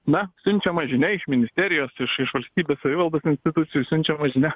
na siunčiama žinia iš ministerijos iš iš valstybės savivaldos institucijų siunčiama žinia